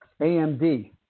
amd